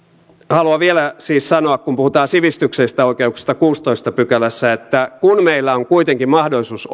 haluan vielä siis sanoa kun puhutaan sivistyksellisistä oikeuksista kuudennessatoista pykälässä että kun meillä on kuitenkin mahdollisuus